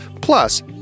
Plus